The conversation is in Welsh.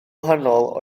wahanol